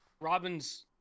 robin's